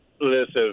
listen